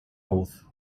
oath